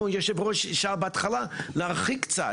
כמו שהיושב ראש אמר בהתחלה להרחיק קצת